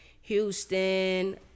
Houston